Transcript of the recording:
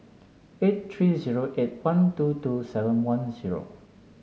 eight three zero eight one two two seven one zero